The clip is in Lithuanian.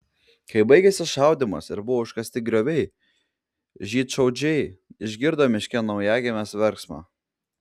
kai baigėsi šaudymas ir buvo užkasti grioviai žydšaudžiai išgirdo miške naujagimės verksmą